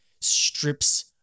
strips